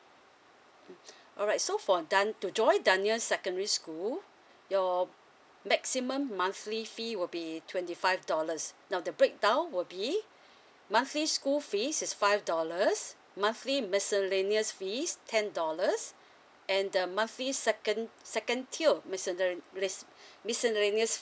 mm alright so for dun~ to join the dunman secondary school your maximum monthly fee will be twenty five dollars now the breakdown will be monthly school fees is five dollars monthly miscellaneous fees ten dollars and the monthly second second till misc~ miscellaneous